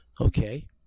okay